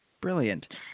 Brilliant